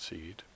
Seed